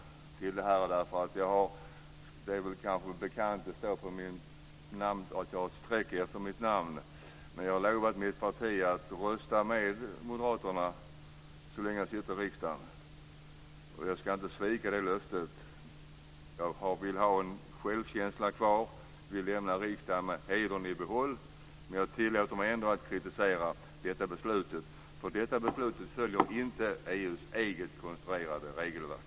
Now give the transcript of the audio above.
Det är kanske bekant att det står ett streck i stället för en partibeteckning efter mitt namn i listorna. Jag har lovat rösta med Moderaterna så länge jag sitter i riksdagen, och jag ska inte svika det löftet. Jag vill ha självkänslan kvar och lämna riksdagen med hedern i behåll, men jag tillåter mig ändå att kritisera detta beslut. Det följer inte EU:s eget regelverk.